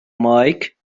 مايك